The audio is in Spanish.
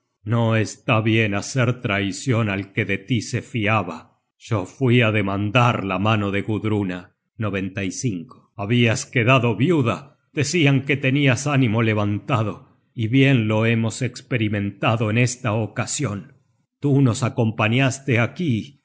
no está bien hacer traicion al que de tí se fiaba yo fui á demandar la mano de gudruna habias quedado viuda decian que tenias ánimo levantado y bien lo hemos esperimentado en esta ocasion tú nos acompañaste aquí